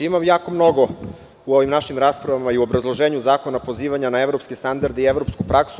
Ima jako mnogo u ovim našim raspravama i u obrazloženju zakona pozivanja na evropske standarde i evropsku praksu.